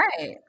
Right